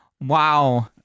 Wow